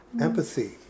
empathy